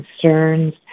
concerns